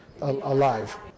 alive